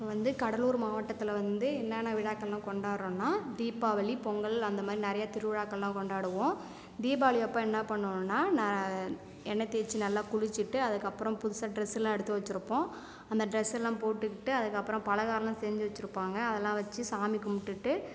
இப்போ வந்து கடலூர் மாவட்டத்தில் வந்து என்னான்ன விழாக்கள்லாம் கொண்டாடுறோன்னா தீபாவளி பொங்கல் அந்த மாரி நிறைய திருவிழாக்கள்லாம் கொண்டாடுவோம் தீபாவளி அப்போ என்ன பண்ணுவோன்னா ந எண்ணெய் தேய்ச்சி நல்லா குளிச்சிவிட்டு அதுக்கு அப்பறம் புதுசாக டிரெஸ்லாம் எடுத்து வச்சுருப்போம் அந்த டிரெஸ் எல்லாம் போட்டுக்கிட்டு அதுக்கு அப்பறம் பலகாரம்லாம் செஞ்சு வச்சுருப்பாங்க அதெலாம் வச்சு சாமி கும்பிட்டுட்டு